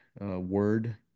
word